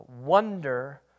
Wonder